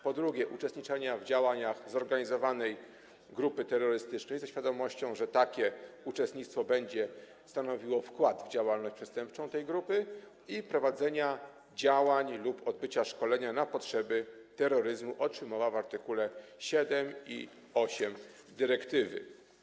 Po drugie, chodzi o uczestniczenie w działaniach zorganizowanej grupy terrorystycznej ze świadomością, że takie uczestnictwo będzie stanowiło wkład w działalność przestępczą tej grupy i prowadzenia działań lub odbycia szkolenia na potrzeby terroryzmu, o czym mowa w art. 7 i 8 dyrektywy.